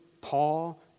Paul